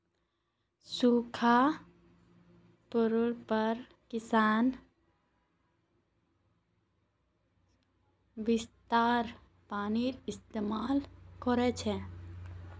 सूखा पोड़ले पर किसान बरसातेर पानीर इस्तेमाल कर छेक